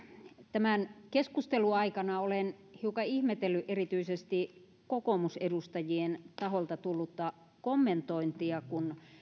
tämän keskustelun aikana olen hiukan ihmetellyt erityisesti kokoomusedustajien taholta tullutta kommentointia kun